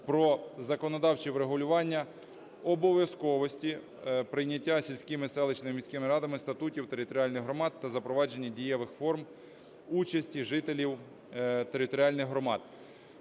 про законодавче врегулювання обов'язковості прийняття сільськими, селищними, міськими радами в статі в територіальних громад та запровадження дієвих форм участі жителів територіальних громад.